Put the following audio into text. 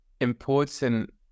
important